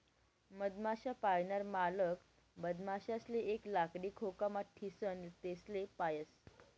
मधमाश्या पायनार मालक मधमाशासले एक लाकडी खोकामा ठीसन तेसले पायस